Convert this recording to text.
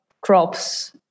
crops